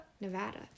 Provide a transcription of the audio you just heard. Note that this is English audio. Nevada